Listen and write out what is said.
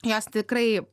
jos tikrai